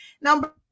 Number